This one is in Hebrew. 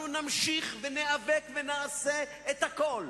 אנחנו נמשיך, ניאבק ונעשה את הכול